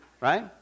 right